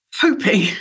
hoping